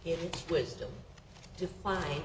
yeah right